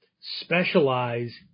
specialize